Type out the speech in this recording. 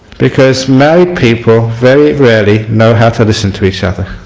because married people very rarely know how to listen to each other